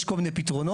יש כל מיני פתרונות.